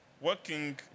working